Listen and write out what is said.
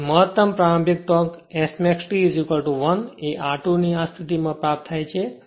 તેથી મહત્તમ પ્રારંભિક ટોર્ક Smax T 1 એ r2 ની આ સ્થીતી માં પ્રાપ્ત થાય છે